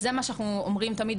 זה מה שאנחנו אומרים תמיד,